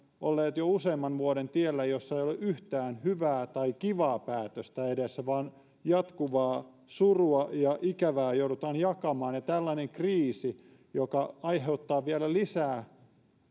olleet jo useamman vuoden tiellä jossa ei ole yhtään hyvää tai kivaa päätöstä edessä vaan jatkuvaa surua ja ikävää joudutaan jakamaan ja tällainen kriisi joka aiheuttaa vielä lisää